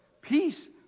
Peace